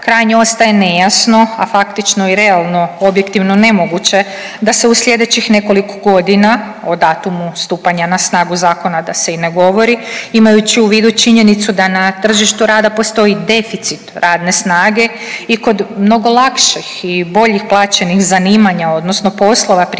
krajnje ostaje nejasno, a faktično i realno objektivno nemoguće da se u sljedećih nekoliko godina o datumu stupanja na snagu zakona da se i ne govori, imajući u vidu činjenicu da na tržištu rada postoji deficit radne snage i kod mnogo lakših i bolje plaćenih zanimanja odnosno poslova, primjerice